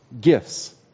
gifts